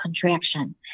contraction